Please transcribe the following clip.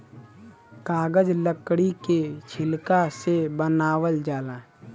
कागज लकड़ी के छिलका से बनावल जाला